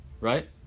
right